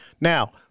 Now